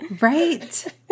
right